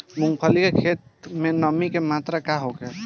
मूँगफली के खेत में नमी के मात्रा का होखे?